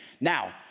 Now